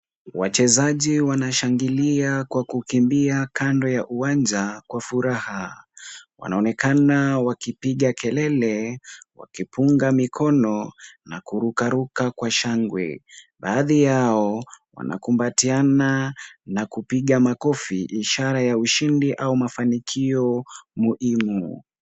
Wachezaji wanashangilia kwa kukimbia kando ya uwanja kwa furaha. Wanaonekana wakipiga kelele, wakipunga mikono na kurukaruka kwa shangwe. Baadhi yao wanakumbatiana na kupiga makofi, ishara ya ushindi au mafanikio muhimu.